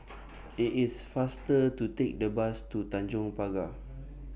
IT IS faster to Take The Bus to Tanjong Pagar